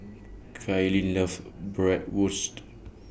Kaitlyn loves Bratwurst